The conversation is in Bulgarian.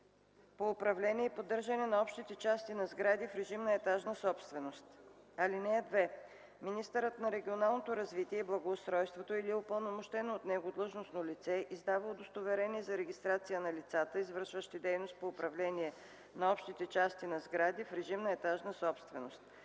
по управление и поддържане на общите части на сгради в режим на етажна собственост. (2) Министърът на регионалното развитие и благоустройството или упълномощено от него длъжностно лице издава удостоверение за регистрация на лицата, извършващи дейност по управление на общите части на сгради в режим на етажна собственост.